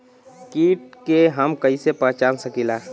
कीट के हम कईसे पहचान सकीला